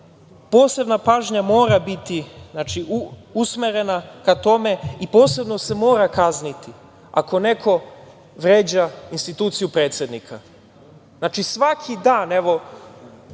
posebna pažnja mora biti usmerena ka tome i posebno se mora kazniti ako neko vređa instituciju predsednika. Baš sam se